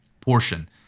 portion